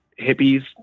hippies